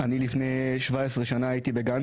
לפני 17 שנים הייתי בגן